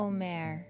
Omer